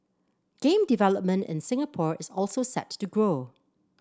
game development in Singapore is also set to grow